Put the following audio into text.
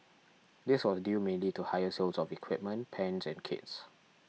this was due mainly to higher sales of equipment pans and kits